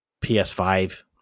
ps5